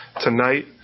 tonight